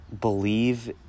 believe